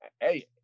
hey